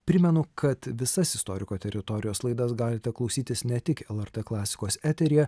primenu kad visas istoriko teritorijos laidas galite klausytis ne tik lrt klasikos eteryje